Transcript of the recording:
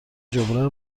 جبران